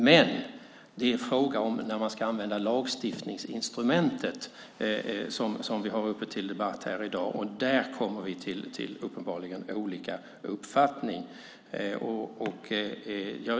Men det är frågan när man ska använda lagstiftningsinstrumentet som vi har uppe till debatt i dag, och där kommer vi uppenbarligen fram till olika uppfattningar.